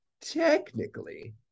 technically